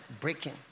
breaking